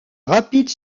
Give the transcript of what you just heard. rapide